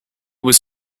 was